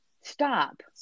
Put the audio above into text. stop